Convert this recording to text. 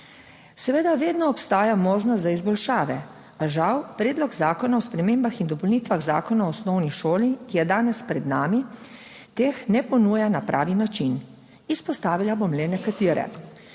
Seveda vedno obstaja možnost za izboljšave, a žal Predlog zakona o spremembah in dopolnitvah Zakona o osnovni šoli, ki je danes pred nami, teh ne ponuja na pravi način. Izpostavila bom le nekatere.